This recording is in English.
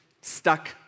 stuck